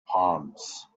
palms